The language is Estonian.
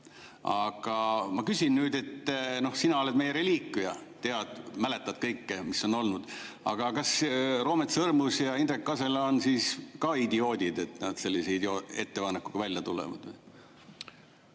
Aga ma küsin nüüd. Sina oled meie reliikvia, mäletad kõike, mis on olnud. Kas Roomet Sõrmus ja Indrek Kasela on siis ka idioodid, et nad sellise ettepanekuga välja tulevad?